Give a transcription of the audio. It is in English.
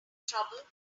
trouble